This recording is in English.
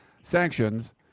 sanctions